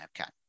okay